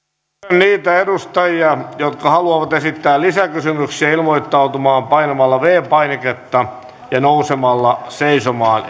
niitä edustajia jotka haluavat esittää lisäkysymyksiä ilmoittautumaan painamalla viides painiketta ja nousemalla seisomaan